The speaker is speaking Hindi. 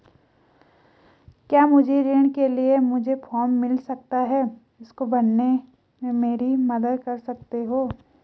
क्या मुझे ऋण के लिए मुझे फार्म मिल सकता है इसको भरने में मेरी मदद कर सकते हो?